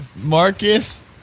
Marcus